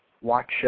watch